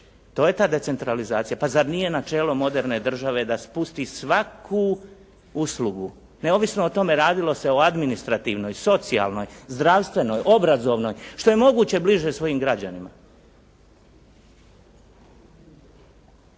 To je ta decentralizacija? Pa zar nije načelo moderne države da spusti svaku uslugu, neovisno o tome radilo se o administrativnoj, socijalnoj, zdravstvenoj, obrazovnoj, što je moguće bliže svojim građanima.